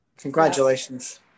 Congratulations